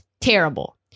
terrible